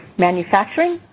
manufacturing,